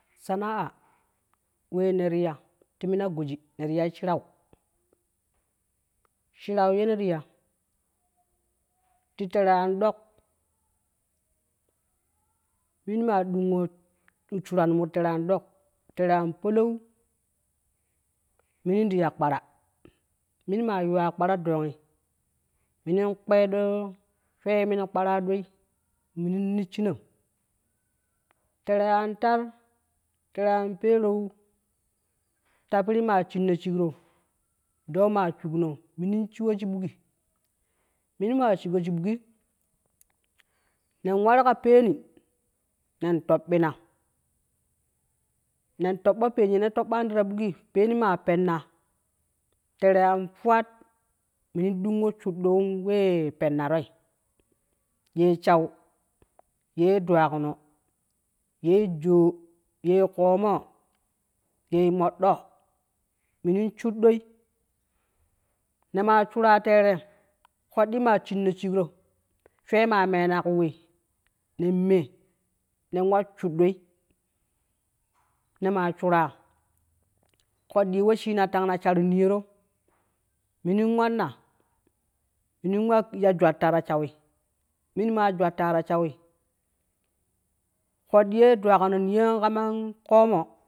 Sa naa wee neti ya ti mina goji neti yai shirau, shirau ye neti ya. ti tere an dok, min maa dungu shuranmu ti tere an dok, tere an palau minin ti ya kpara, mini maa yuwa kpara dongi minin kpee doo swe ye min kpara doi minin nisshina tere an tat, tere an peereu ta piri ma shinno shigkro doo maa shugno minin shiwo shibukki minii maa shigo shig bukki nen waru ka penni nen toppina nen toppo peeni yene toppan ta bukki peeni maa penna tere an fuwat minun dungo shut ɖoo wee penna roi yee shau, yee dwagino yee joo yee koomo yee modɗo minun shuɗɗoi ne maa shura teere koɗɗi maa shinno shigro swe maa meena kuu wei, nen me nen wa shudɗoi ne maa shuraa koddi ye weshina tanga shar niyoro minin wannan minin wa ya jwatta ta shawi min maa jwatta ta shawi koɗɗi yee dwagino niyon kamaa koomo.